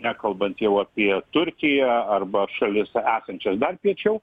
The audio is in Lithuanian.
nekalbant jau apie turkiją arba šalis esančias dar piečiau